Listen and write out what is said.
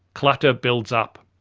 clutter builds up.